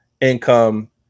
income